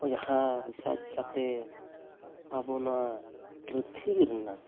ᱠᱚ ᱡᱟᱦᱟᱸ ᱨᱤᱥᱟᱨᱪ ᱠᱟᱛᱮᱫ ᱟᱵᱚ ᱱᱚᱣᱟ ᱯᱨᱤᱛᱷᱤᱵᱤ ᱨᱮᱱᱟᱜ